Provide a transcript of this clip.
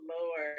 Lord